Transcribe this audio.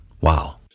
Wow